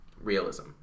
realism